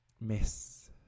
Miss